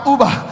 Uber